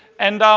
and